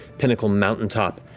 pinnacle mountaintop,